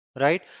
Right